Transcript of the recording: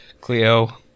Cleo